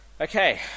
okay